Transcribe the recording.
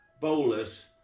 bowlers